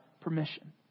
permission